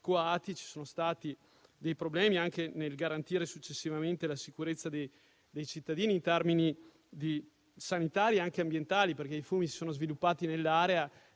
Ci sono stati dei problemi anche nel garantire successivamente la sicurezza dei cittadini in termini sanitari e anche ambientali perché i fumi si sono sviluppati nell'area